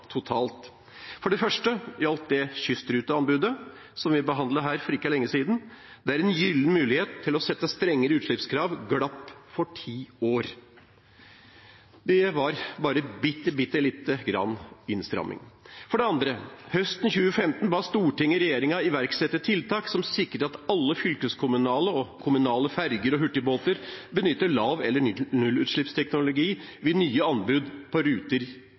totalt: For det første gjelder det kystruteanbudet, som vi behandlet her for ikke lenge siden, der en gyllen mulighet til å sette strenge utslippskrav, glapp – for 10 år. Det var bare bitte lite grann innstramming. For det andre: Høsten 2015 ba Stortinget regjeringen iverksette tiltak som sikrer at alle fylkeskommunale og kommunale ferger og hurtigbåter benytter lav- eller nullutslippsteknologi ved nye anbud og på ruter